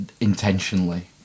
intentionally